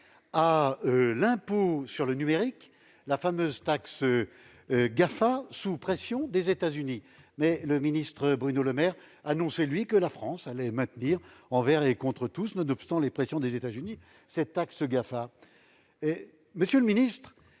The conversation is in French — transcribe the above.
à l'impôt sur le numérique, la fameuse taxe GAFA, sous la pression des États-Unis. Or le ministre Bruno Le Maire a annoncé, lui, que la France allait maintenir envers et contre tous cette taxe GAFA, nonobstant les pressions des États-Unis. Monsieur le ministre,